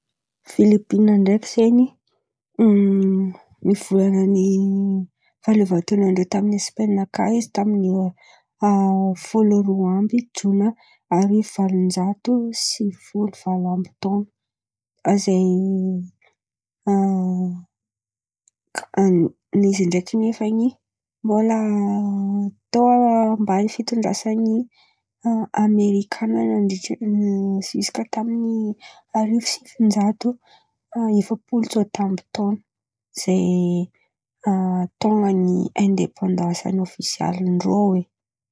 Filipina ndreky zen̈y nivolan̈any fahaleovan-tena ndreo taminy io folo roa amby jona ary valonjato sivy folo valo amby tôno. Izy ndreky nefa ny mbôla tô ambany fitondrasany amerikana nandritry ny ziska taminy arivo sy sivin-jato efa-polo tsôta amby tôno tônô aindepandansy ofisialin-dreô.